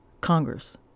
Congress